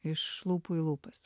iš lūpų į lūpas